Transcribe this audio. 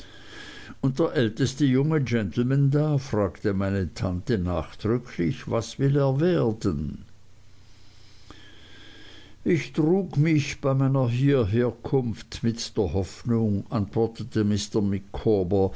und der älteste junge gentleman da fragte meine tante nachdenklich was will er werden ich trug mich bei meiner hierherkunft mit der hoffnung antwortete mr